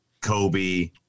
Kobe